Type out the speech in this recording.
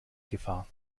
gefahr